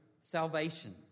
salvation